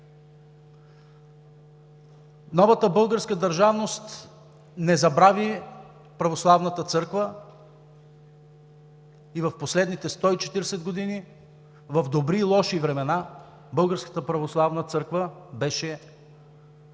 Новата българска държавност не забрави Православната църква и в последните 140 години. В добри и лоши времена Българската православна църква беше винаги